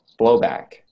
blowback